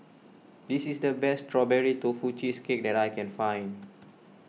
this is the best Strawberry Tofu Cheesecake that I can find